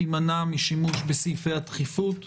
תימנע משימוש בסעיפי הדחיפות,